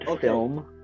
film